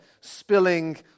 spilling